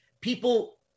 people